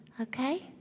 Okay